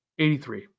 83